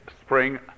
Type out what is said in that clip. spring